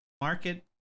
market